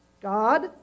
God